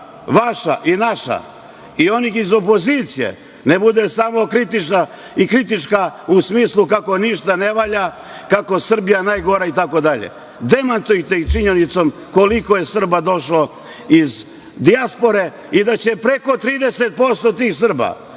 vaša i naša i onih iz opozicije ne bude samo kritička u smislu kako ništa ne valja, kako je Srbija najgora itd. Demantujte ih činjenicom koliko je Srba došlo iz dijaspore i da će preko 30% tih Srba